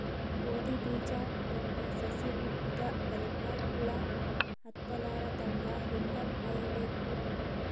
ಗೋಧಿ ಬೀಜ ಬಿತ್ತಿ ಸಸಿ ಹುಟ್ಟಿದ ಬಲಿಕ ಹುಳ ಹತ್ತಲಾರದಂಗ ಹೇಂಗ ಕಾಯಬೇಕು?